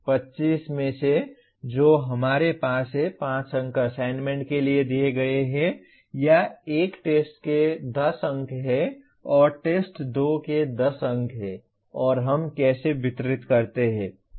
25 में से जो हमारे पास हैं 5 अंक असाइनमेंट के लिए दिए गए हैं या 1 टेस्ट के 10 अंक हैं और टेस्ट 2 के 10 अंक हैं और हम कैसे वितरित कर रहे हैं